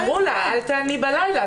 אמרו לה אל תעני בלילה,